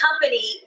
company